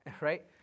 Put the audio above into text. right